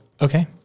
Okay